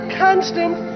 constant